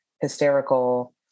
hysterical